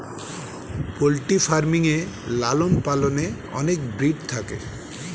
poultry farming এ লালন পালনে অনেক ব্রিড থাকে